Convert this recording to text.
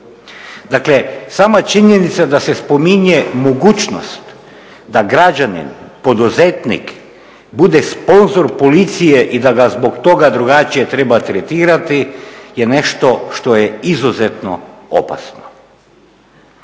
Dakle, sama činjenica da se spominje mogućnost da građanin poduzetnik bude sponzor policije i da ga zbog toga drugačije treba tretirati je nešto što je izuzetno opasno.